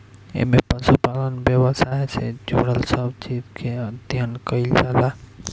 एमे पशुपालन व्यवसाय से जुड़ल सब चीज के अध्ययन कईल जाला